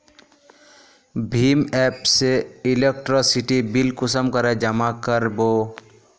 भीम app से electricity bill कुंसम करे जमा कर बो?